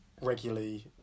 regularly